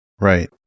right